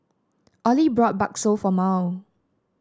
Ollie bought bakso for Mal